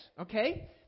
okay